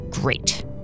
Great